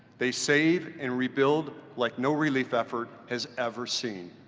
they save and rebuild like no relief effort has ever seen.